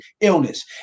illness